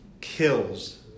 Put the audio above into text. kills